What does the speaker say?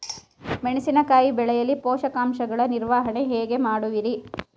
ಮೆಣಸಿನಕಾಯಿ ಬೆಳೆಯಲ್ಲಿ ಪೋಷಕಾಂಶಗಳ ನಿರ್ವಹಣೆ ಹೇಗೆ ಮಾಡುವಿರಿ?